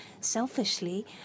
Selfishly